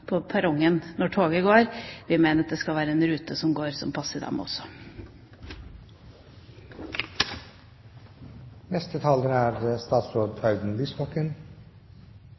på perrongen når toget går. Vi mener at det skal være en rute som